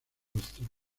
western